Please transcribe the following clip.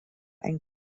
ein